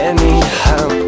Anyhow